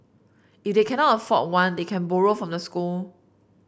if they cannot afford one they can borrow from the school